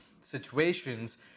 situations